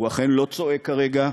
הוא אכן לא צועק כרגע,